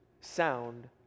Sound